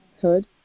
hood